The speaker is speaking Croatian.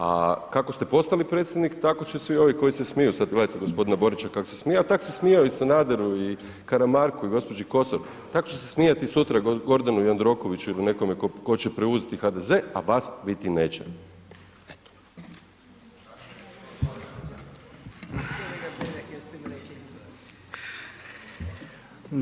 A kako ste postali predsjednik, tako će svi ovi koji se smiju sad, pogledajte g. Borića kako se smije, a tak se smijao i Sanaderu i Karamarku i gđi Kosor, tako će se smijati sutra Gordanu Jandrokoviću ili nekome tko će preuzeti HDZ, a vas biti neće, eto.